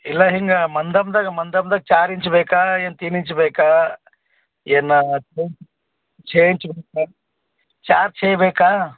ಇಲ್ಲ ಹಿಂಗೆ ಮಂದಂದಗೆ ಮಂದಂದಗೆ ಚಾರ್ ಇಂಚ್ ಬೇಕಾ ಏನು ತೀನ್ ಇಂಚ್ ಬೇಕಾ ಏನು ಚೇ ಇಂಚ್ ಬೇಕಾ ಚಾರ್ ಚೇ ಬೇಕಾ